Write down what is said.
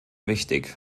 wichtig